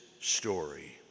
story